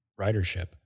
ridership